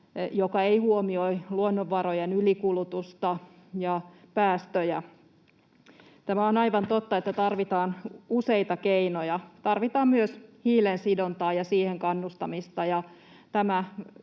joka ei huomioi luonnonvarojen ylikulutusta ja päästöjä. Tämä on aivan totta, että tarvitaan useita keinoja. Tarvitaan myös hiilen sidontaan kannustamista,